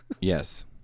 Yes